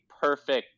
perfect